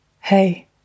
Hey